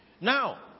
Now